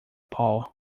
paul